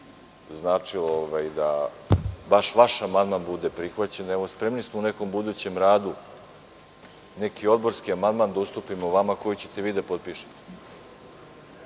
značilo da baš vaš amandman bude prihvaćen, evo, spremni smo u nekom budućem radu neki odborski amandman da ustupimo vama, koji ćete vi da potpišete.